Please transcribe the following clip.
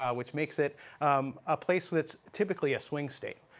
ah which makes it a place with typically a swing state.